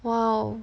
!wow!